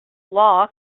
law